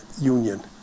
Union